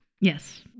Yes